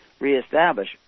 reestablish